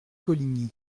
coligny